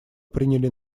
приняли